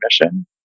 mission